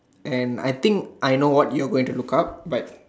and I think I know what you are going to look up but